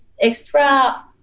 extra